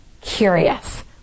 curious